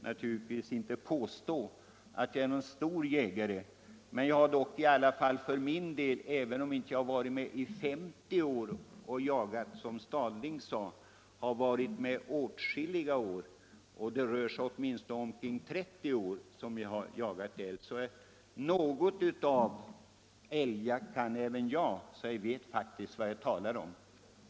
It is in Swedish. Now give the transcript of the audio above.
Jag vill inte påstå att jag är någon stor jägare, men även om jag inte har varit med i 50 år och jagat, som herr Stadling sade, så har jag i alla fall varit med i åtskilliga år. Det kan röra sig om ca 30 år som jag har deltagit i älgjakt, så även jag kan något om den och vet faktiskt vad jag talar om.